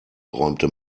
räumte